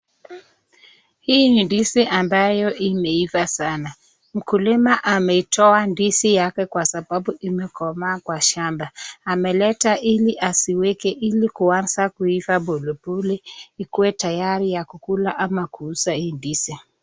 Hii ni ndizi ambayo imeiva sana. Mkulima ameitoa ndizi yake kwa sababu imekoma kwa shamba. Ameleta ili aziweke ili kuanza kuiva pole pole ikue tayari ya kukula ama kumsaidia.